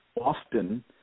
often